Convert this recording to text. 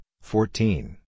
fourteen